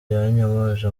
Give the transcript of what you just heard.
yanyomoje